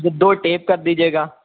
دو tap کر دیجیے گا